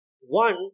One